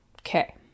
Okay